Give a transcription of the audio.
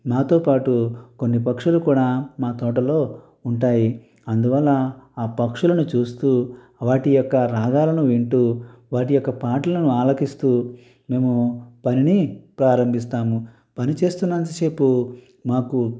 మాతో పాటు కొన్ని పక్షులు కూడా మా తోటలో ఉంటాయి అందువల్ల ఆ పక్షులను చూస్తూ వాటి యొక్క రాగాలను వింటూ వాటి యొక్క పాటలను ఆలకిస్తూ మేము పనిని ప్రారంభిస్తాము పనిచేస్తున్నంత సేపు మాకు